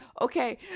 Okay